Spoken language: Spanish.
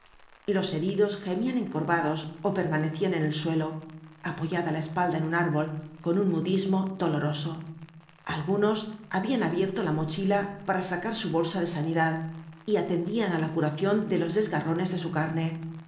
los heridos gemían encorvados ó permanecían en el suelo apoyada la espalda en un árbol con un mutismo doloroso algunos habían abierto la mochila para sacar su bolsa de sanidad y atendían á la curación de los desgarrones de su carne